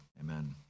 Amen